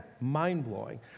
mind-blowing